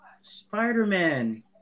Spider-Man